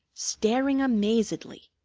staring amazedly.